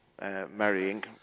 marrying